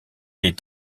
est